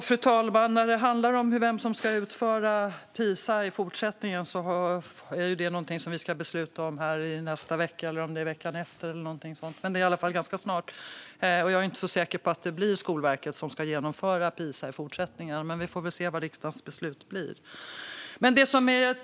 Fru talman! Vem som ska utföra Pisamätningar i fortsättningen ska vi besluta om någon vecka, och jag är inte så säker på att det blir Skolverket som ska genomföra Pisa i fortsättningen. Men vi får väl se vad riksdagens beslut blir. Fru talman!